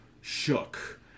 shook